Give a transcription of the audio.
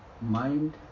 Mind